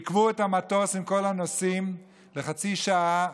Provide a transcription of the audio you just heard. עיכבו את המטוס עם כל הנוסעים לחצי שעה,